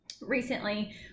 Recently